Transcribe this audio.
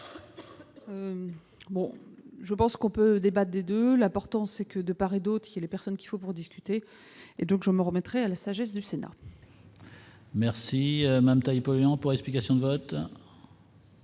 je pense qu'on peut débat des 2 la portance c'est que, de part et d'autre, les personnes qu'il faut pour discuter et donc je me remettrait à la sagesse du Sénat. Merci, même taille pour explications de vote.